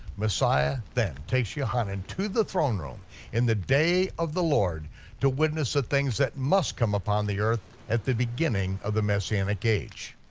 messiah then takes yochanan to the throne room in the day of the lord to witness the things that must come upon the earth at the beginning of the messianic age.